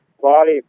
body